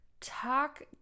talk